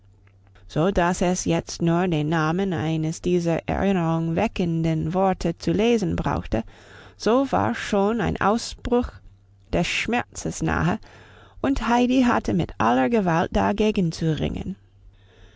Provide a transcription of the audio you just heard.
so dass es jetzt nur den namen eines dieser erinnerung weckenden worte zu lesen brauchte so war schon ein ausbruch des schmerzes nahe und heidi hatte mit aller gewalt dagegen zu ringen